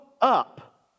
up